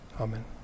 Amen